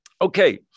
Okay